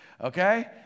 Okay